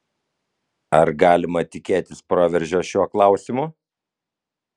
ar galima tikėtis proveržio šiuo klausimu